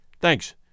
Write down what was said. Thanks